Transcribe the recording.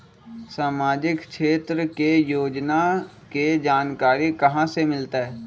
सामाजिक क्षेत्र के योजना के जानकारी कहाँ से मिलतै?